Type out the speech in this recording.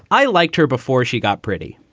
i liked her before she got pretty.